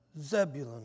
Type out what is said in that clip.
Zebulun